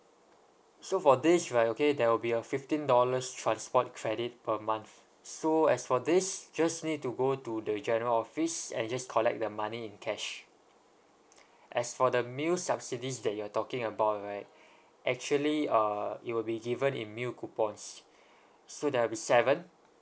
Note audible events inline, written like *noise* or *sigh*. so for this right okay there will be a fifteen dollars transport credit per month so as for this just need to go to the general office and just collect the money in cash as for the meal subsidies that you are talking about right *breath* actually uh it will be given in meal coupons so there'll be seven